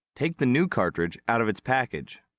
take the new cartridge out of its package.